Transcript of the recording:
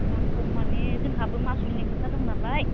दाम खम माने जोंहाबो मासुलनि खोथा दं नालाय